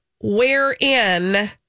wherein